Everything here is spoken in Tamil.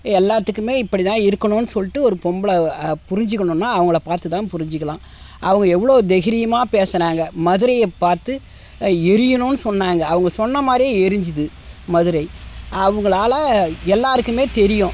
எல்லாத்துக்குமே இப்படி தான் இருக்கணும்னு சொல்லிட்டு ஒரு பொம்பள புரிஞ்சுக்கணுன்னா அவங்கள பார்த்துதான் புரிஞ்சுக்கலாம் அவங்க எவ்வளோ தைகிரியமா பேசுனாங்கள் மதுரையை பார்த்து எரியணும்ன் சொன்னாங்கள் அவங்க சொன்னமாதிரியே எரிஞ்சது மதுரை அவங்களால எல்லாருக்குமே தெரியும்